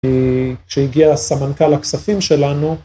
כשהגיעה סמנכל הכספים שלנו.